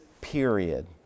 period